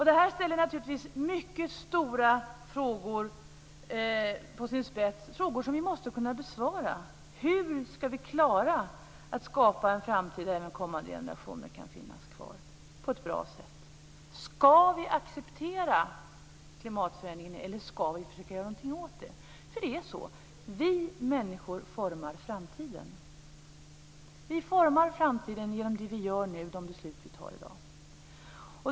Det här ställer naturligtvis mycket stora frågor på sin spets, frågor som vi måste kunna besvara. Hur ska vi klara att skapa en framtid där även framtida generationer kan finnas kvar på ett bra sätt? Ska vi acceptera klimatförändringen, eller ska vi försöka göra någonting åt den? Vi människor formar framtiden. Vi formar framtiden genom det vi gör nu och genom de beslut vi tar i dag.